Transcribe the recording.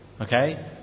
Okay